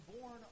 born